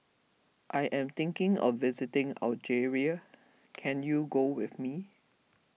I am thinking of visiting Algeria can you go with me